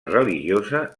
religiosa